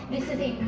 this is a